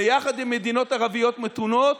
ביחד עם מדינות ערביות מתונות,